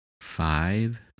five